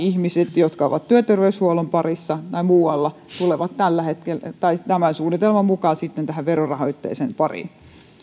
ja ihmiset jotka ovat työterveyshuollon parissa tai muualla tulevat tämän suunnitelman mukaan verorahoitteisen palvelun pariin